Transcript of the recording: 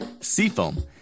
Seafoam